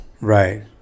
Right